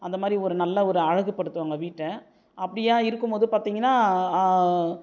அந்த மாதிரி ஒரு நல்ல ஒரு அழகுப்படுத்துவாங்க வீட்டை அப்படியா இருக்கும் போது பார்த்தீங்கன்னா